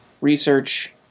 research